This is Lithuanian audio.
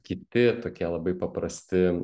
kiti tokie labai paprasti